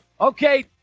Okay